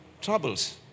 troubles